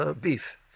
beef